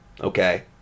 Okay